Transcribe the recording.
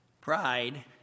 Pride